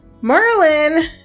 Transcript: Merlin